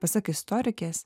pasak istorikės